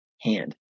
hand